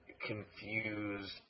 confused